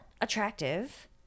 attractive